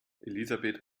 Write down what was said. elisabeth